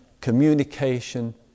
communication